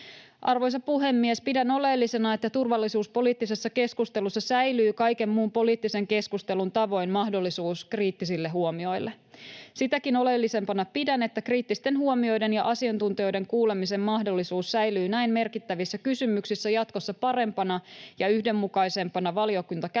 Arvoisa puhemies! Pidän oleellisena, että turvallisuuspoliittisessa keskustelussa säilyy kaiken muun poliittisen keskustelun tavoin mahdollisuus kriittisille huomioille. Sitäkin oleellisempana pidän, että kriittisten huomioiden ja asiantuntijoiden kuulemisen mahdollisuus säilyy näin merkittävissä kysymyksissä jatkossa parempana ja yhdenmukaisempana valiokuntakäsittelyissä,